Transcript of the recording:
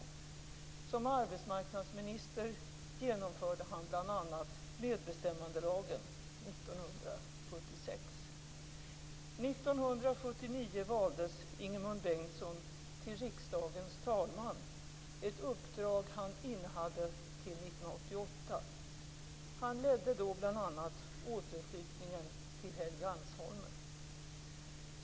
Som arbetsmarknadsminister genomförde han bl.a. medbestämmandelagen 1976. År 1979 valdes Ingemund Bengtsson till riksdagens talman, ett uppdrag han innehade till 1988. Han ledde då bl.a. återflyttningen till Helgeandsholmen.